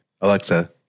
Alexa